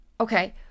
okay